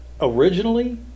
Originally